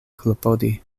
klopodi